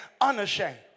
unashamed